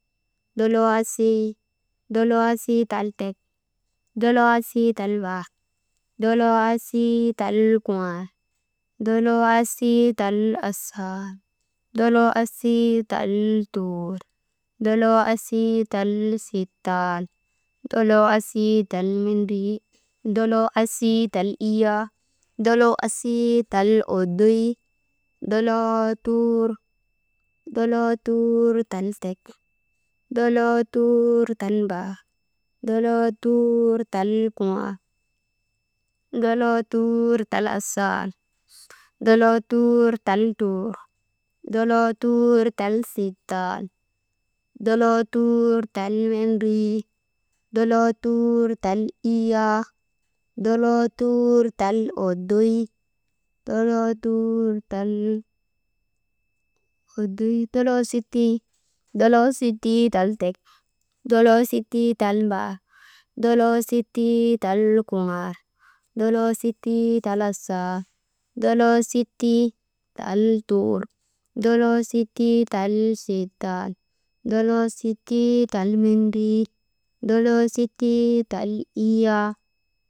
Doloo asii, doloo asii tal tek, doloo asii tal mbaar, doloo asii tal kuŋaal, doloo asii tal asaal, doloo asii tal tuur, doloo asii tal sittal, doloo asii tal mendrii, doloo asii tal iyyaa, doloo asii tal oddoy, doloo tuur, doloo tuur tal tek, doloo tuur tal mbaar, doloo tuur tal kuŋaal, doloo tuur tal sittal, doloo tuur tal mendrii, doloo tuur tal iyyaa, doloo tuur tal oddoy, doloo tuur tal oddoy, doloo sittii, doloo sittii tal tek, doloo sittii tal mbaar, doloo sittii tal kuŋaal, doloo sittii tal asaal, doloo sittii tal tuur, doloo sittii tal sittal, doloo sittii tal mendrii, doloo sittii tal iyyaa.